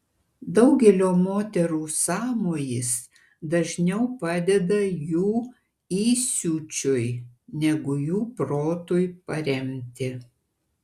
daugelio moterų sąmojis dažniau padeda jų įsiūčiui negu jų protui paremti